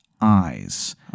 eyes